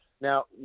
Now